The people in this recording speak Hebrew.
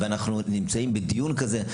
ואנחנו נמצאים בדיון כזה.